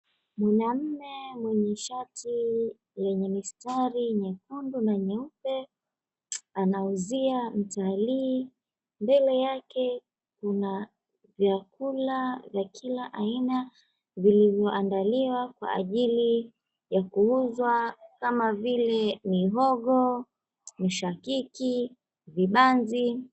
Mwanaume mwenye shati la mistari nyekundu na nyeupe anauzia mtalii, mbele yake kuna vyakula vya kila aina vilivyoandaliwa kwa ajili ya kuuzwa kama vile mihogo, mshakiki, vibanzi.